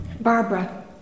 Barbara